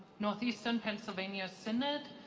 northeastern pennsylvania synod.